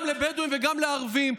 גם לבדואים וגם לערבים.